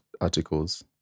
articles